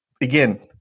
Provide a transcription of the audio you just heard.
again